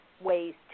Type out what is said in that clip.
ways